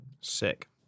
Sick